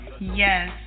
Yes